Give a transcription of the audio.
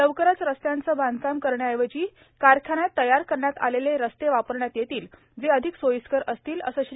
लवकरच रस्त्यांचं बांधकाम करण्याऐवजी कारखान्यात तयार करण्यात आलेले रस्ते वापरण्यात येतील जे अधिक सोयीस्कर असतील असं श्री